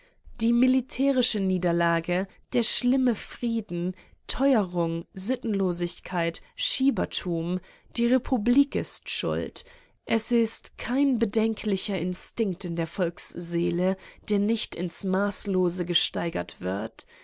die militärische niederlage der schlimme frieden teuerung sittenlosigkeit schiebertum die republik ist schuld es ist kein bedenklicher instinkt in der volksseele der nicht ins maßlose gesteigert wird